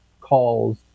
calls